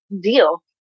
deal